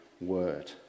word